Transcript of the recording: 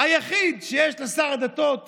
היחיד שיש לשר הדתות